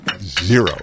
zero